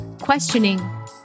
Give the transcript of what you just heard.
Questioning